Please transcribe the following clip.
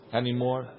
anymore